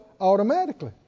automatically